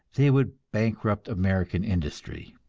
they would bankrupt american industry.